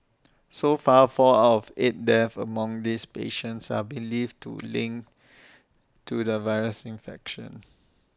so far four out of eight deaths among these patients are believed to linked to the virus infection